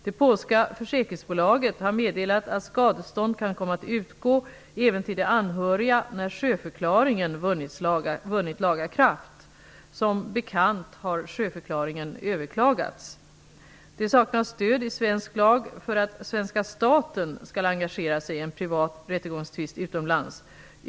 Det polska försäkringsbolaget har meddelat att skadestånd kan komma att utgå, även till de anhöriga, när sjöförklaringen vunnit laga kraft. Som bekant har sjöförklaringen överklagats. Det saknas stöd i svensk lag för att svenska staten skall engagera sig i en privat rättegångstvist utomlands.